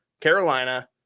Carolina